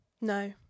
no